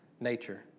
nature